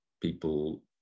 People